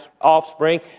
offspring